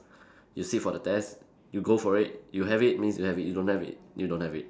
you sit for the test you go for it you have it means you have it you don't have it you don't have it